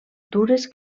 dures